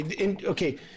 okay